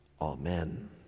Amen